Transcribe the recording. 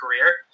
career